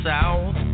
South